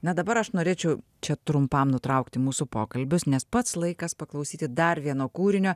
na dabar aš norėčiau čia trumpam nutraukti mūsų pokalbius nes pats laikas paklausyti dar vieno kūrinio